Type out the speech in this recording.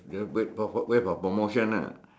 you know wait wait for promotion ah